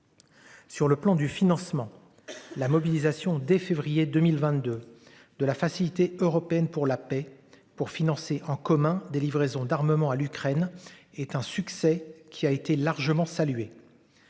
Sur le plan du financement. La mobilisation dès février 2022, de la Facilité européenne pour la paix, pour financer en commun des livraisons d'armements à l'Ukraine est un succès qui a été largement salué.